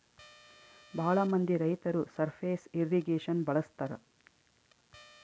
ಭಾಳ ಮಂದಿ ರೈತರು ಸರ್ಫೇಸ್ ಇರ್ರಿಗೇಷನ್ ಬಳಸ್ತರ